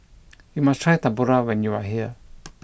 you must try Tempura when you are here